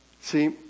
See